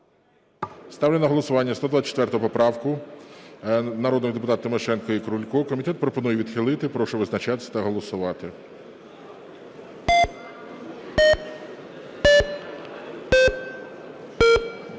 Ставлю на голосування 124 поправку народного депутата Тимошенко і Крулько. Комітет пропонує відхилити. Прошу визначатись та голосувати.